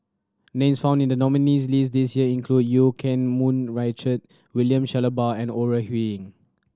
names found in the nominees' list this year include Eu Keng Mun Richard William Shellabear and Ore Huiying